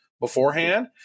beforehand